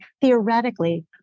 theoretically